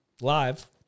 live